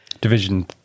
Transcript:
Division